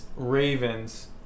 Ravens